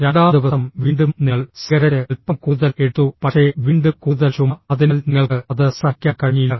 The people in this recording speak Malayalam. രണ്ടാം ദിവസം വീണ്ടും നിങ്ങൾ സിഗരറ്റ് അൽപ്പം കൂടുതൽ എടുത്തു പക്ഷേ വീണ്ടും കൂടുതൽ ചുമ അതിനാൽ നിങ്ങൾക്ക് അത് സഹിക്കാൻ കഴിഞ്ഞി ല്ല